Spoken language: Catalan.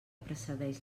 precedeix